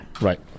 Right